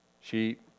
sheep